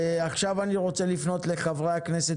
עכשיו אני רוצה לפנות לחברי הכנסת,